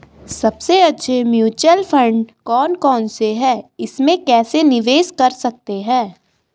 सबसे अच्छे mutual fund कौन कौनसे हैं इसमें कैसे निवेश कर सकते हैं?